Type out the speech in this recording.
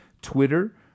Twitter